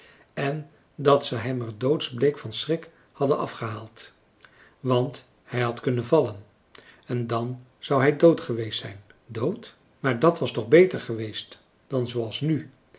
en dat ze hem er doodsbleek van schrik hadden afgehaald want hij had kunnen vallen en dan zou hij dood geweest zijn dood maar dat was toch beter geweest dan zooals nu